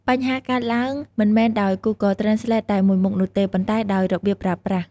បញ្ហាកើតឡើងមិនមែនដោយ Google Translate តែមួយមុខនោះទេ ប៉ុន្តែដោយរបៀបប្រើប្រាស់។